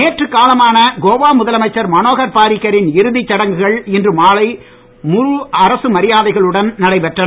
நேற்று காலமான கோவா முதலமைச்சர் மனோகர் பாரிக்கரின் இறுதிச் சடங்குகள் இன்று மாலை முழு அரசு மரியாதைகளுடன் நடைபெற்றன